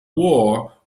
war